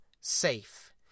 safe